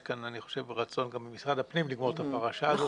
יש כאן אני חושב רצון גם ממשרד הפנים לגמור את פרשה הזאת.